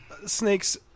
snakes